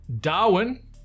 Darwin